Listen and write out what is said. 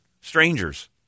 strangers